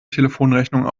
telefonrechnung